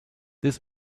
this